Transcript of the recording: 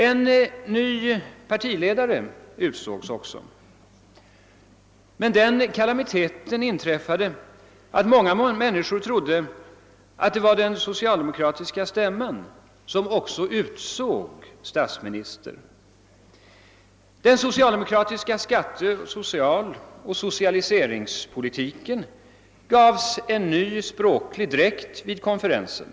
En ny partiledare utsågs också, men den kalamiteten inträffade att många människor trodde att det var den socialdemokratiska kongressen, som också utsåg statsminister. Den socialdemokratiska skatte-, socialoch socialiseringspolitiken gavs en ny språklig dräkt vid kongressen.